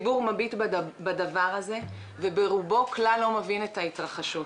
הציבור מביט בדבר הזה וברובו כלל לא מבין את ההתרחשות,